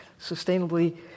sustainably